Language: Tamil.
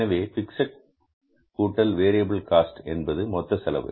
எனவே ஃபிக்ஸட் கூட்டல் வேரியபில் காஸ்ட் என்பது மொத்த செலவு